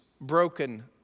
broken